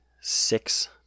six